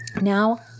Now